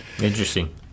Interesting